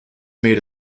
made